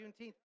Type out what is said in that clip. Juneteenth